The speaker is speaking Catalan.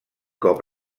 cop